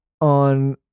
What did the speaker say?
on